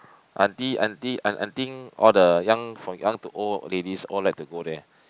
aunty aunty and I think all the young from young to old ladies all like to go there